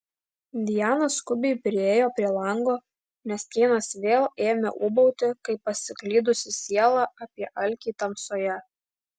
diana skubiai priėjo prie lango nes keinas vėl ėmė ūbauti kaip pasiklydusi siela apie alkį tamsoje